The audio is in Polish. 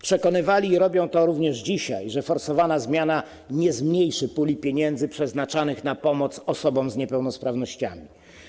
Przekonywali - i robią to również dzisiaj - że forsowana zmiana nie zmniejszy puli pieniędzy przeznaczanych na pomoc osobom z niepełnosprawnościami.